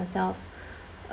myself